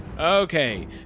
Okay